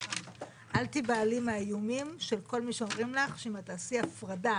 אל תיבהלי מהאיומים של כל מי שאומרים לך שאם תעשי הפרדה